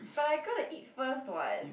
but I'm gonna eat first [what]